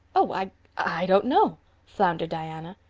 oh i i don't know floundered diana.